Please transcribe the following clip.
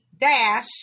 dash